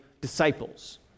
disciples